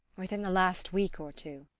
within the last week or two.